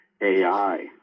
AI